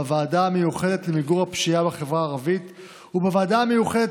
בוועדה המיוחדת למיגור הפשיעה בחברה הערבית ובוועדה המיוחדת